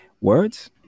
words